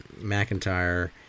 McIntyre